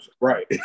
right